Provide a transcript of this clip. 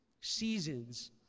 seasons